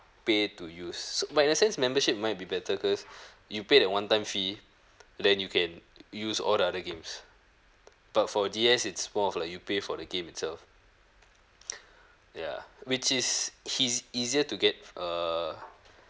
pay to use but in that sense membership might be better cause you paid that one-time fee then you can use all the other games but for D_S it's more of like you pay for the game itself ya which is it's easier to get err